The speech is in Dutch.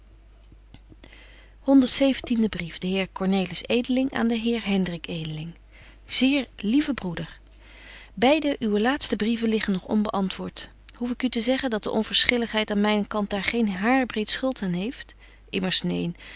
honderd zeventiende brief de heer cornelis edeling aan den heer hendrik edeling zeer lieve broeder beide uwe laatste brieven liggen nog onbeantwoort hoef ik u te zeggen dat de onverschilligheid aan mynen kant daar geen hairbreet schuld aan heeft immers neen